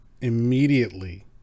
immediately